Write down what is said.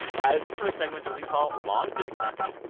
um this is for a segment that we call long distance